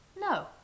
No